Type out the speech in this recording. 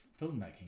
filmmaking